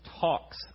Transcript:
talks